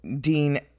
Dean